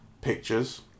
pictures